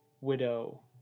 widow